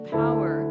power